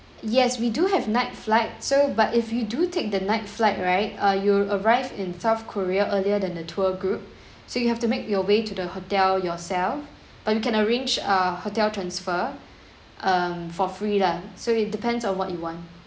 yes we do have night flight so but if you do take the night flight right uh you'll arrived in south korea earlier than the tour group so you have to make your way to the hotel yourself but we can arrange a hotel transfer um for free lah so it depends on what you want